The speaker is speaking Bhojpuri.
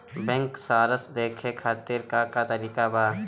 बैंक सराश देखे खातिर का का तरीका बा?